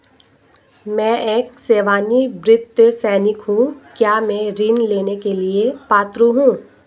मैं एक सेवानिवृत्त सैनिक हूँ क्या मैं ऋण लेने के लिए पात्र हूँ?